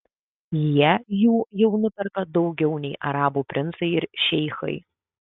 jie jų jau nuperka daugiau nei arabų princai ir šeichai